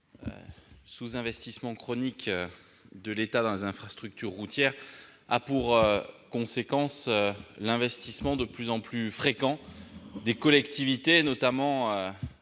sous-investissement chronique de l'État dans les infrastructures routières a pour conséquence l'implication de plus en plus fréquente des collectivités